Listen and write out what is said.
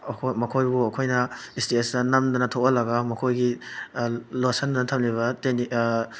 ꯃꯈꯣꯏꯕꯨ ꯑꯩꯈꯣꯏꯅ ꯏꯁꯇꯦꯖꯇ ꯅꯝꯗꯅ ꯊꯣꯛꯍꯜꯂꯒ ꯃꯈꯣꯏꯒꯤ ꯂꯣꯠꯁꯤꯟꯗꯨꯅ ꯊꯝꯂꯤꯕ